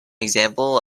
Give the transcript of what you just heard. example